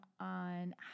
on